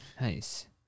nice